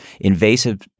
invasive